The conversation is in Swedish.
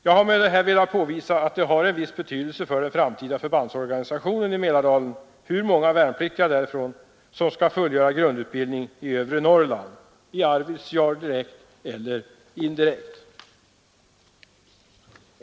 Jag har med detta velat påvisa att det har en viss betydelse för den framtida förbandsorganisationen i Mälardalen hur många värnpliktiga därifrån som skall fullgöra grundutbildning i övre Norrland — i Arvidsjaur direkt eller indirekt.